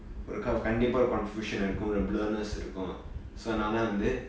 ஒறு கண்டிப்பா ஒறு:oru kandipaa oru confusion இருக்கும் ஒறு:irukum oru blurness இருக்கும்:irukum so நாலா வந்து:naala vanthu